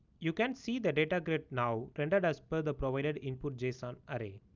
you can see the data grid now rendered as per the provided input json array.